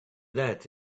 that